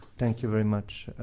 thank you very much,